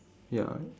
ya